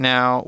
Now